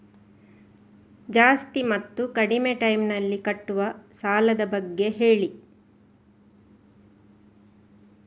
ಜಾಸ್ತಿ ಮತ್ತು ಕಡಿಮೆ ಟೈಮ್ ನಲ್ಲಿ ಕಟ್ಟುವ ಸಾಲದ ಬಗ್ಗೆ ಹೇಳಿ